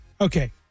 Okay